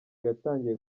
yatangiye